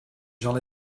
j’en